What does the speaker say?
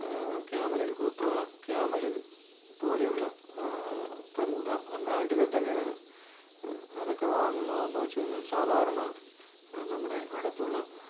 ക്യാമലിൻ കൂട്ടുള്ള ക്യാമലിൻ പോലെയുള്ള പ്രമുഖ ബ്രാൻറ്റുകൾ തന്നെയാണ് അതൊക്കെ വാങ്ങുന്നതന്ന് വച്ച് കഴിഞ്ഞാൽ സാധാരണ നമ്മുടെ അടുത്തുള്ള